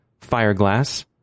Fireglass